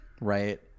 right